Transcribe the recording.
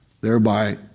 Thereby